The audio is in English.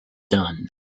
done